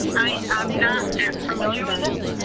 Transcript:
and i'm not that familiar with it.